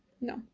no